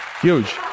huge